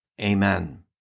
Amen